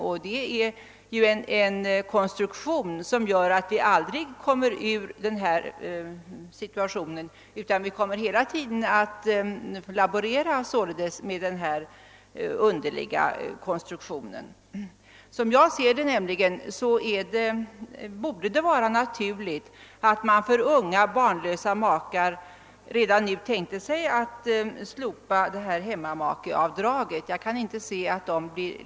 I så fall kommer vi ju aldrig ur situationen, utan får hela tiden laborera med denna underliga konstruktion. Som jag ser det borde det vara naturligt att redan nu slopa hemmamakeavdraget för unga barnlösa makar.